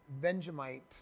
Benjamite